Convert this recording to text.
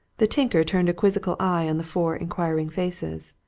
the tinker turned a quizzical eye on the four inquiring faces.